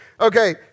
Okay